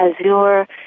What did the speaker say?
azure